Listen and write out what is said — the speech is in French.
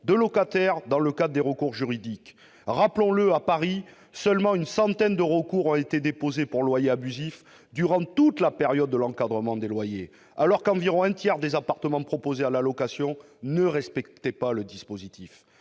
de locataires dans le cadre des recours juridiques. Je le rappelle, à Paris, seulement une centaine de recours ont été déposés pour loyers abusifs durant toute la période de l'encadrement des loyers alors qu'environ un tiers des appartements proposés à la location ne respectait pas le dispositif.